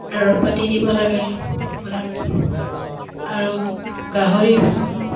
দৰব পাতি দিব লাগে কুকুৰাক আৰু গাহৰি পোহোঁ